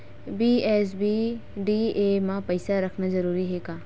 BSBDA मा पईसा रखना जरूरी हे का?